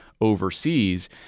overseas